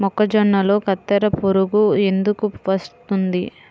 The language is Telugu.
మొక్కజొన్నలో కత్తెర పురుగు ఎందుకు వస్తుంది?